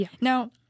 Now